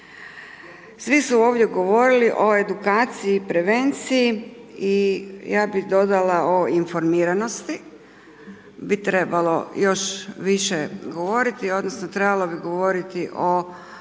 Svi su ovdje govorili o edukaciji i prevenciji i ja bi dodala o informiranosti, bi trebalo još više govoriti, odnosno, trebalo bi govoriti o tome,